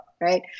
right